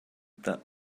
that